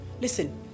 listen